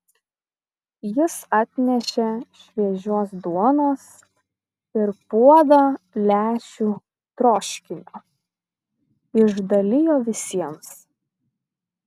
jis atnešė šviežios duonos ir puodą lęšių troškinio išdalijo visiems